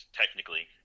technically